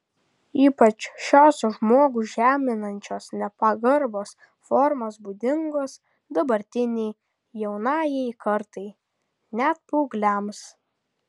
ypač šios žmogų žeminančios nepagarbos formos būdingos dabartinei jaunajai kartai net paaugliams